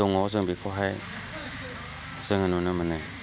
दङ जों बेखौहाय जोङो नुनो मोनो